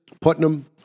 Putnam